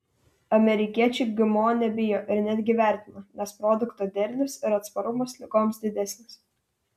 amerikiečiai gmo nebijo ir netgi vertina nes produkto derlius ir atsparumas ligoms didesnis